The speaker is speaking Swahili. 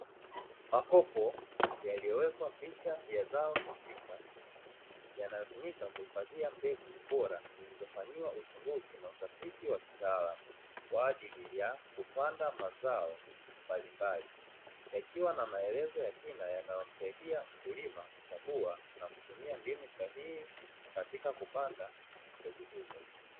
Makopo yaliyowekwa picha ya zao husika, yanayotumika kuhifadhia mbegu bora zilizofanyiwa uchunguzi na utafiti wa kitaalamu, kwa ajili ya kupanda mazao mbalimbali, yakiwa na maelezo ya kina yanayomsahidia mkulima kuchagua na kutumia mbinu sahihi katika kupanda mbegu hizo.